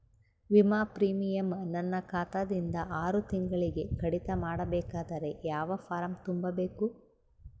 ವಿಮಾ ಪ್ರೀಮಿಯಂ ನನ್ನ ಖಾತಾ ದಿಂದ ಆರು ತಿಂಗಳಗೆ ಕಡಿತ ಮಾಡಬೇಕಾದರೆ ಯಾವ ಫಾರಂ ತುಂಬಬೇಕು?